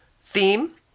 theme